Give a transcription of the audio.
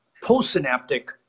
postsynaptic